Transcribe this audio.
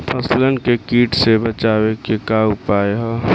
फसलन के कीट से बचावे क का उपाय है?